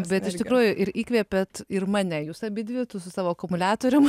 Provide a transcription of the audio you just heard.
bet iš tikrųjų ir įkvėpėt ir mane jūs abidvi tu su savo akumuliatorium